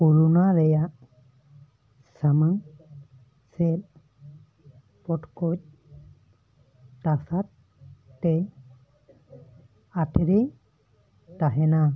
corona ᱨᱮᱭᱟᱜ ᱥᱟᱢᱟᱝ ᱥᱮᱫ ᱯᱚᱴᱠᱚᱡᱽ ᱛᱟᱥᱟᱫ ᱛᱮᱭ ᱟᱴᱷᱲᱮ ᱛᱟᱦᱮᱸᱱᱟ